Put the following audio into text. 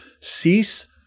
cease